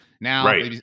Now